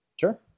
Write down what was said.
Sure